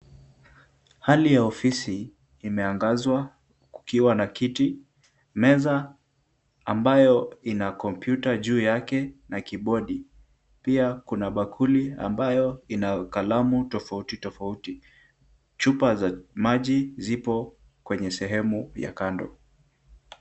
Hali ya ofisi imeangazwa, kukiwa na kiti, meza ambayo ina kompyuta juu yake na kibodi. Pia kuna bakuli ambayo ina kalamu tofauti tofauti. Chupa za maji zipo kwenye sehemu ya kando.